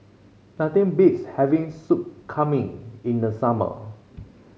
nothing beats having Soup Kambing in the summer